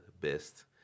best